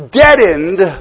deadened